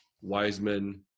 Wiseman